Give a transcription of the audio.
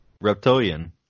Reptilian